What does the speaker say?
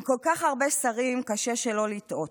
עם כל כך הרבה שרים קשה שלא לטעות.